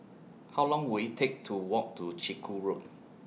How Long Will IT Take to Walk to Chiku Road